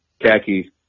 khaki